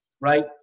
right